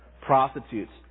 prostitutes